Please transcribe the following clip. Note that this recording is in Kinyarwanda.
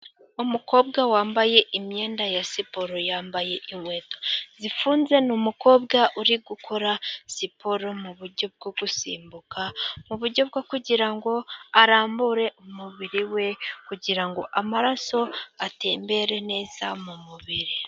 Umukobwa wambaye imyenda ya siporo. Yambaye inkweto zifunze, ni umukobwa uri gukora siporo mu buryo bwo gusimbuka, mu buryo bwo kugira ngo arambure umubiri we, kugira ngo amaraso atemmbere neza mu mubiri.